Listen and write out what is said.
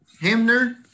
Hamner